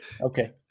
Okay